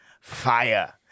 fire